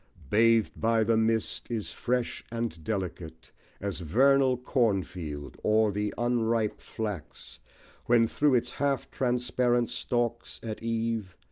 bathed by the mist is fresh and delicate as vernal cornfield, or the unripe flax when, through its half-transparent stalks, at eve,